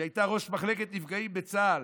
שהייתה ראש מחלקת נפגעים בצה"ל,